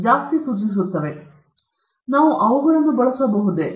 ಆದ್ದರಿಂದ ನಾವು ಅವುಗಳನ್ನು ಬಳಸಬಹುದೇ